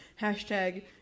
hashtag